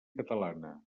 catalana